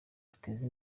ateze